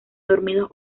dormidos